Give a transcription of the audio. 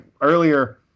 earlier